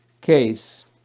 case